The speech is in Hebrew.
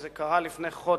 זה קרה לפני חודש,